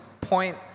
point